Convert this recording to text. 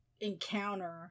encounter